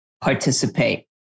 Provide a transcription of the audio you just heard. participate